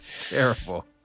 terrible